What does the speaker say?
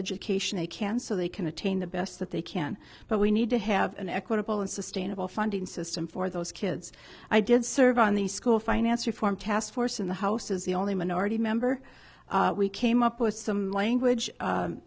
education they can so they can attain the best that they can but we need to have an equitable and sustainable funding system for those kids i did serve on the school finance reform task force in the house as the only minority member we came up with some language